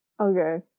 Okay